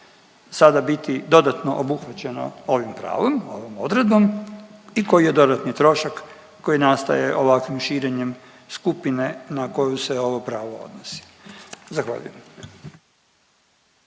sada biti dodatno obuhvaćeno ovim pravom, ovom odredbom i koji je dodatni trošak koji nastaje ovakvim širenjem skupine na koju se ovo pravo odnosi? Zahvaljujem.